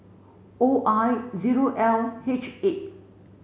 O I zero L H eight